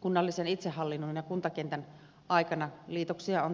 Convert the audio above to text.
kunnallisen itsehallinnon ja kuntakentän aikana liitoksia on tapahtunut